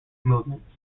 movements